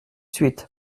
suite